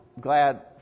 glad